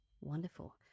Wonderful